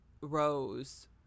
Rose